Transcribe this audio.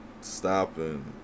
stopping